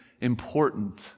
important